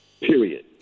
Period